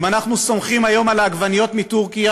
אם אנחנו סומכים היום על העגבניות מטורקיה,